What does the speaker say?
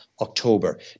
October